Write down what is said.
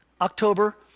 October